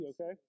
okay